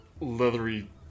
leathery